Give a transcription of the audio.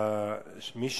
השתנה.